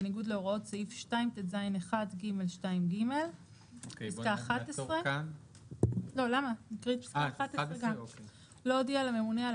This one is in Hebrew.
בניגוד להוראות סעיף 2טז1(ג)(2)(ג); (11) לא הודיעה לממונה על